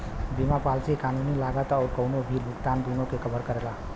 बीमा पॉलिसी कानूनी लागत आउर कउनो भी भुगतान दूनो के कवर करेला